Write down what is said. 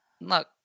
look